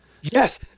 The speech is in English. Yes